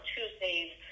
Tuesdays